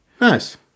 Nice